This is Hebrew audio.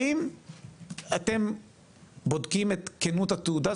האם אתם בודקים את כנות התעודה?